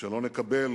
שלא נקבל,